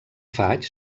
faig